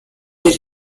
year